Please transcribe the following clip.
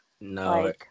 No